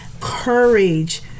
Courage